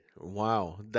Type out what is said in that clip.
Wow